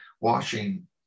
washing